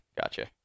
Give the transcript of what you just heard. gotcha